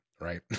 right